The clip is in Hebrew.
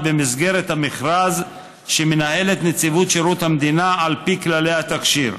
במסגרת המכרז שמנהלת נציבות שירות המדינה על פי כללי התקשי"ר,